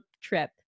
trip